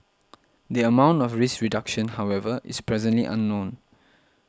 the amount of risk reduction however is presently unknown